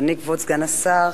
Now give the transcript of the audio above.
אדוני כבוד סגן השר,